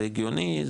זה הגיוני,